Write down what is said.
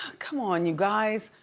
come on you guys,